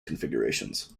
configurations